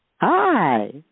Hi